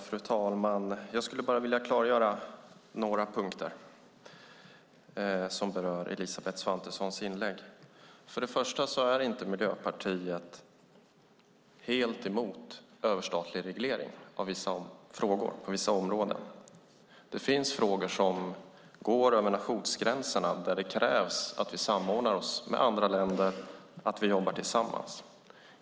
Fru talman! Jag skulle vilja klargöra några punkter som berör Elisabeth Svantessons inlägg. Miljöpartiet är inte helt emot överstatlig reglering på vissa områden. Det finns frågor som går över nationsgränserna, som kräver att vi samordnar oss med andra länder och jobbar tillsammans.